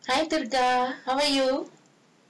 hi dudar how are you